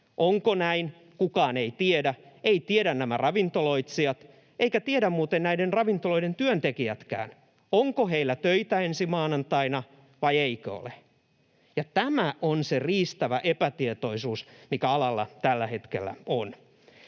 Onko näin? Kukaan ei tiedä. Eivät tiedä nämä ravintoloitsijat, eivätkä tiedä muuten näiden ravintoloiden työntekijätkään, onko heillä töitä ensi maanantaina vai eikö ole. Ja tämä on se riistävä epätietoisuus, mikä alalla tällä hetkellä on.